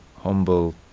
humble